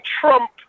Trump